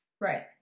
right